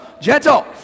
Gentle